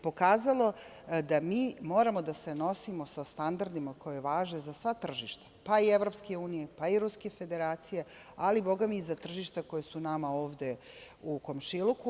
Pokazalo je da mi moramo da se nosimo sa standardima koji važe za sva tržišta, pa i EU, pa i Ruske Federacije, ali i Boga mi za tržišta koja su nama ovde u komšiluku.